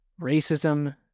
racism